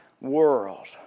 world